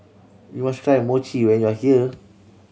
you must try Mochi when you are here